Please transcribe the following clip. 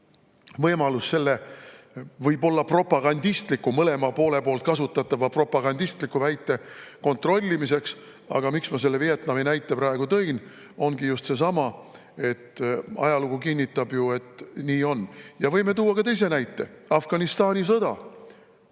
võimalus selle võib-olla propagandistliku, mõlema poole poolt kasutatava propagandistliku väite kontrollimiseks, aga miks ma selle Vietnami näite tõin, ongi just sel [põhjusel], et ajalugu kinnitab ju, et nii on. Võime tuua ka teise näite: Afganistani sõda,